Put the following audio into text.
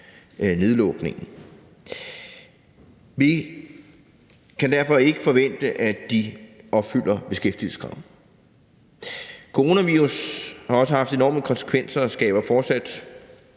nedlukningen. Vi kan derfor ikke forvente, at de opfylder beskæftigelseskravene. Coronavirus har også haft enorme konsekvenser og skaber fortsat